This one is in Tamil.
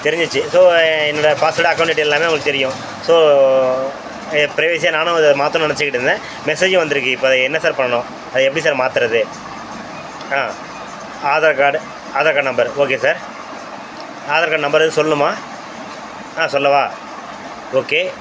தெரிஞ்சுடுச்சி ஸோ என்னோடய பாஸ்வேர்டு அக்கௌண்ட் டீட்டெயில் எல்லாமே அவங்களுக்குத் தெரியும் ஸோ என் ப்ரைவசியை நானும் அதை மாற்றணும் நெனைச்சிக்கிட்ருந்தேன் மெசேஜும் வந்துருக்குது இப்போ என்ன சார் பண்ணணும் அதை எப்படி சார் மாத்துவது ஆ Aadhaar card Aadhaar card number okay sir Aadhaar card number எதுவும் சொல்லணுமா ஆ சொல்லவா ஓகே